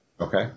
okay